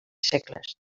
segles